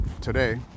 today